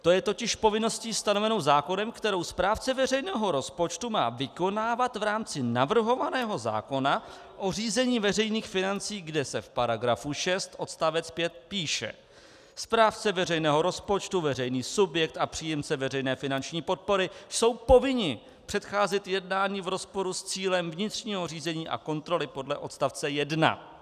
To je totiž povinností stanovenou zákonem, kterou správce veřejného rozpočtu má vykonávat v rámci navrhovaného zákona o řízení veřejných financí, kde se v § 6 odst. 5 píše: Správce veřejného rozpočtu, veřejný subjekt a příjemce veřejné finanční podpory jsou povinni předcházet jednání v rozporu s cílem vnitřního řízení a kontroly podle odstavce 1.